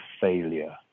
Failure